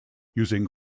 using